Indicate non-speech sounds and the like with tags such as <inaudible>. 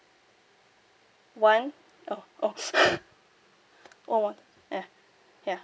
one oh oh <laughs> one one ya ya